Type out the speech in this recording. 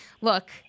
Look